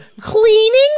cleaning